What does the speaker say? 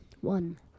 one